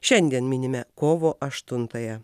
šiandien minime kovo aštuntąją